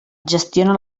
gestiona